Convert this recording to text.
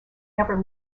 never